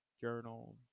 journal